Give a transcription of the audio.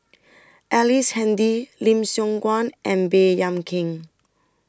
Ellice Handy Lim Siong Guan and Baey Yam Keng